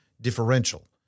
differential